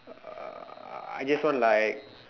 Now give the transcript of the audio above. uh I just want like